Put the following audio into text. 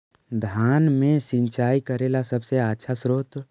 धान मे सिंचाई करे ला सबसे आछा स्त्रोत्र?